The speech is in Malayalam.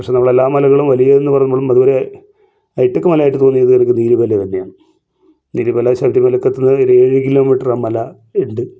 പക്ഷേ നമ്മള് എല്ലാ മലകളും വലിയത് എന്ന് പറയുമ്പോൾ അതുപോലെ ഹൈടെക് മലയായിട്ട് തോന്നിയത് എനിക്ക് നീലിമല തന്നെയാണ് നീലിമല ശബരിമലയ്ക്കെത്തുന്നതിന് ഒരു ഏഴ് കിലോമീറ്റർ ആ മല ഉണ്ട്